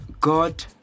God